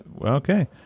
Okay